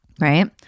right